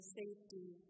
safety